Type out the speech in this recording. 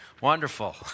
Wonderful